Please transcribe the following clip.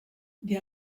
des